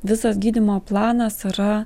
visas gydymo planas yra